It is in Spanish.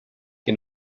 que